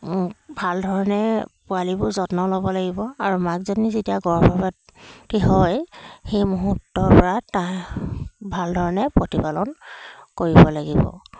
ভাল ধৰণে পোৱালিবোৰ যত্ন ল'ব লাগিব আৰু মাকজনী যেতিয়া গৰ্ভৱতী হয় সেই মুহূৰ্তৰ পৰা তাৰ ভাল ধৰণে প্ৰতিপালন কৰিব লাগিব